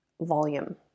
volume